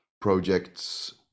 projects